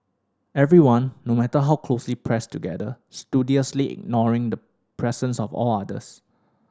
everyone no matter how closely pressed together studiously ignoring the presence of all others